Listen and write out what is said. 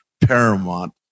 paramount